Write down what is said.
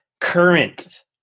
current